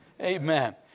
Amen